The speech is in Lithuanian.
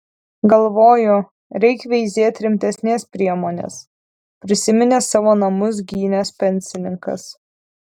galvoju reik veizėt rimtesnės priemonės prisiminė savo namus gynęs pensininkas